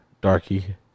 darky